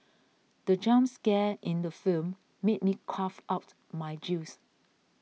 the jump scare in the film made me cough out my juice